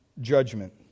judgment